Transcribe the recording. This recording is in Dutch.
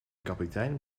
kapitein